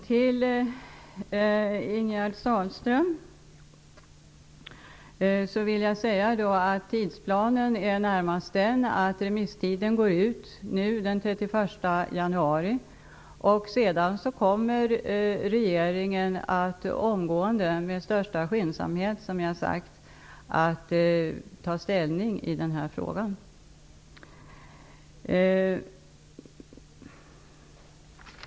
Fru talman! Låt mig säga till Ingegerd Sahlström att tidsplanen närmast är den att remisstiden går ut den 31 januari. Sedan kommer regeringen omgående och med största skyndsamhet, som jag sagt, att ta ställning i den här frågan.